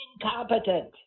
incompetent